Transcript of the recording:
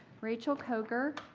rachel koger,